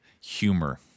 humor